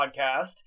Podcast